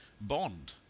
bond